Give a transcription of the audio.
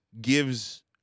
gives